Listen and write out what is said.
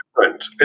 different